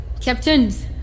Captains